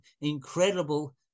incredible